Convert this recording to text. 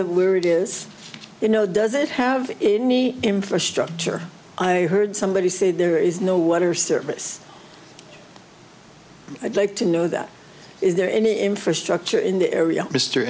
of where it is you know does it have any infrastructure i heard somebody said there is no water service i'd like to know that is there any infrastructure in the area